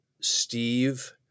Steve